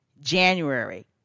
January